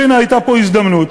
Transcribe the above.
והנה הייתה פה הזדמנות,